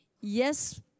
yes